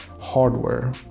hardware